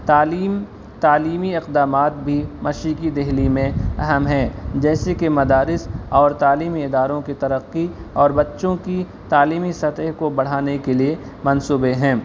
تعلیم تعلیمی اقدامات بھی مشرقی دلی میں اہم ہیں جیسے کہ مدارس اور تعلیمی اداروں کی ترقی اور بچوں کی تعلیمی سطح کو بڑھانے کے لیے منصوبے ہیں